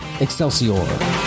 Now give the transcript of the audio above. Excelsior